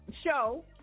show